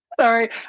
sorry